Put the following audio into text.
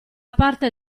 parte